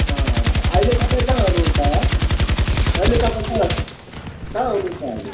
अहिले तपाईँ कहाँ हुनुहुन्छ अहिले तपाईँ कहाँ कहाँ हुनुहुन्छ अहिले